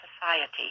society